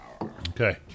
okay